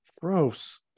Gross